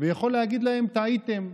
ויכול להגיד להם: טעיתם,